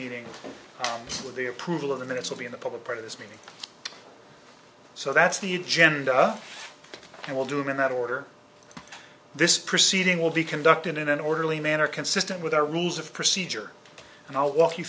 with the approval of the minutes will be in the public part of this meeting so that's the agenda and will do in that order this proceeding will be conducted in an orderly manner consistent with our rules of procedure and i'll walk you